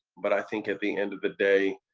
but i think at the end of the day,